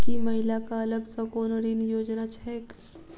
की महिला कऽ अलग सँ कोनो ऋण योजना छैक?